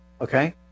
Okay